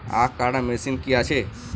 আখ কাটা মেশিন কি আছে?